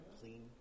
clean